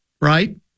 right